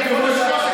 כבוד יושב-ראש הכנסת,